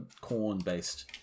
corn-based